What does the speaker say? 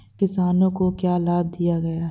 किसानों को क्या लाभ दिए गए हैं?